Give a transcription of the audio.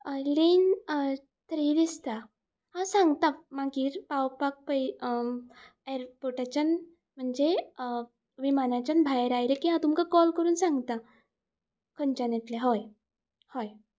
lane तरी दिसता हांव सांगता मागीर पावपाक पय एअरपोर्टाच्यान म्हणजे विमानाच्यान भायर आयले की हांव तुमकां कॉल करून सांगता खंयच्यान हय हय